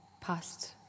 past